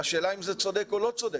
השאלה אם זה צודק או לא צודק.